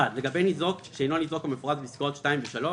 זה 430 שקלים ולא 370